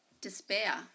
despair